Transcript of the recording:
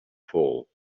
fall